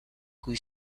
cui